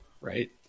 Right